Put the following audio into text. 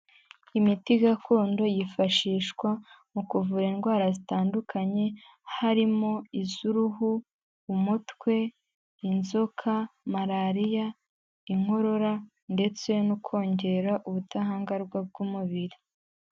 Imiti gakondo yifashishwa mu kuvura indwara zitandukanye, harimo iz'uruhu, umutwe, inzoka, Malariya, inkorora ndetse no kongera ubudahangarwa bw'umubiri.